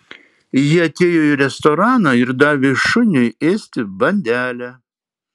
ji atėjo į restoraną ir davė šuniui ėsti bandelę